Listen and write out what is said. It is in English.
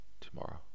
tomorrow